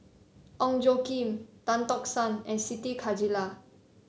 Ong Tjoe Kim Tan Tock San and Siti Khalijah